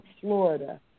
Florida